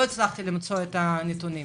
לא הצלחתי למצוא נתונים.